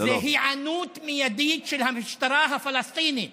זה היענות מיידית של המשטרה הפלסטינית.